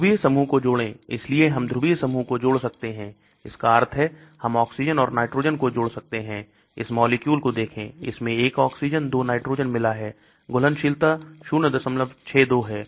ध्रुवीय समूहों को जोड़ें इसलिए हम ध्रुवीयसमूह को जोड़ सकते हैं इसका अर्थ है कि हम ऑक्सीजन और नाइट्रोजन को जोड़ सकते हैं इस मॉलिक्यूल को देखें इसमें 1 ऑक्सीजन 2 नाइट्रोजन मिला है घुलनशीलता 062 है